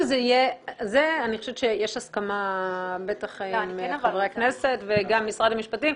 אני חושבת שיש הסכמה בטח בין חברי הכנסת וגם משרד המשפטים.